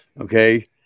Okay